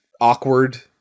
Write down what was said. awkward